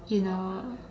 you know